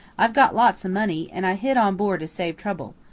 i've got lots of money, and i hid on board to save trouble.